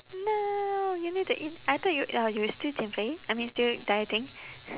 no you need to eat I thought you uh you were still 减肥 I mean still dieting